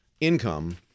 income